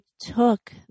took